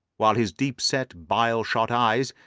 while his deep-set, bile-shot eyes,